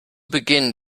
beginn